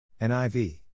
NIV